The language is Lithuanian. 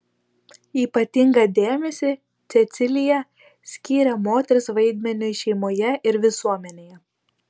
ypatingą dėmesį cecilija skyrė moters vaidmeniui šeimoje ir visuomenėje